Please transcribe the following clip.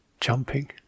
jumping